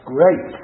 Great